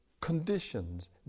conditions